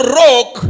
rock